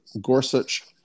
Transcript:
Gorsuch